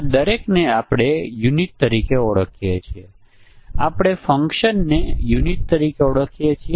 તેથી આ સંભવિત સંયોજન જેમાં p 1 અને p15 બંને 1 સેટ થવાથી સમસ્યા થાય છે